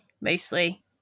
mostly